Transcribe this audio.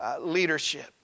leadership